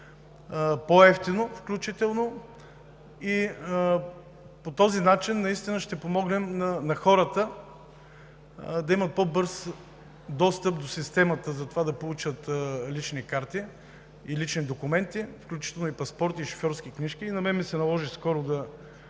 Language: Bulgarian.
по-евтино и по този начин наистина ще помогнем на хората да има по-бърз достъп до системата за това да получат лични карти и лични документи, включително и паспорти и шофьорски книжки. И на мен ми се наложи скоро да